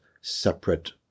separate